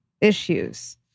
issues